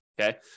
okay